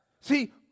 See